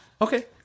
Okay